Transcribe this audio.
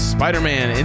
Spider-Man